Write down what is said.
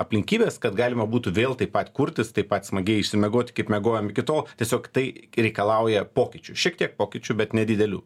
aplinkybes kad galima būtų vėl taip pat kurtis taip pat smagiai išsimiegot kaip miegojom iki tol tiesiog tai reikalauja pokyčių šiek tiek pokyčių bet nedidelių